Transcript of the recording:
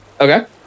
Okay